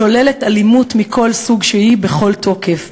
שוללת אלימות מכל סוג שהוא בכל תוקף.